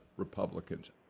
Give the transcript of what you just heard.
Republicans